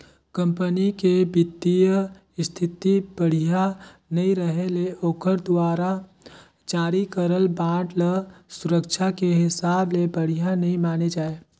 company के बित्तीय इस्थिति बड़िहा नइ रहें ले ओखर दुवारा जारी करल बांड ल सुरक्छा के हिसाब ले बढ़िया नइ माने जाए